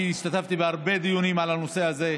אני השתתפתי בהרבה דיונים על הנושא הזה.